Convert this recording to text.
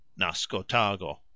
nascotago